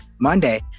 Monday